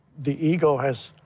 the ego has